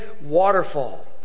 waterfall